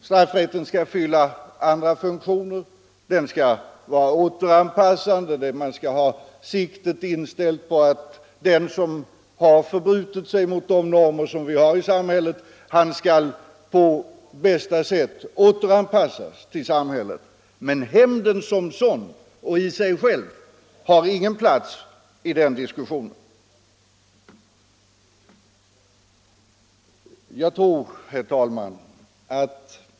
Straffrätten skall inriktas på andra mål, den skall vara rehabiliterande, och man skall ha siktet inställt på att den som har förbrutit sig mot de normer vi har i samhället på bästa sätt skall återanpassas i samhället. Men hämnden som sådan har ingen plats i den diskussionen. Herr talman!